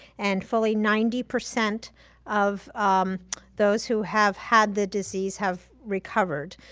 and fully ninety percent of those who have had the disease have recovered.